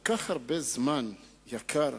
אני לא יודע מה נעשה במקומות אחרים,